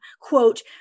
quote